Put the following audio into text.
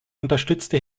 unterstützte